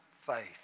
faith